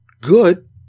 good